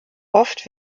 oft